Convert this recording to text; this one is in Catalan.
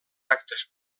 actes